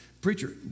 Preacher